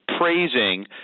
praising